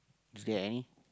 is there any